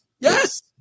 Yes